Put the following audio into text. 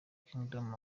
kingdom